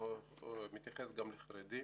זה מתייחס גם לחרדים.